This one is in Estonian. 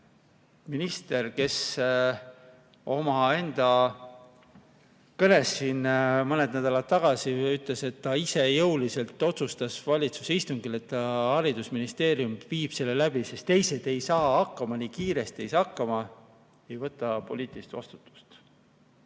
minister, kes omaenda kõnes siin mõned nädalad tagasi ütles, et ta ise jõuliselt otsustas valitsuse istungil, et haridusministeerium viib selle läbi, sest teised ei saa hakkama, nii kiiresti ei saa hakkama, ei võta poliitilist